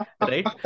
right